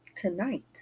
tonight